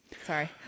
Sorry